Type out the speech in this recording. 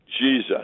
Jesus